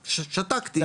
שתקתי.